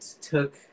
took